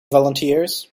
volunteers